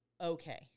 okay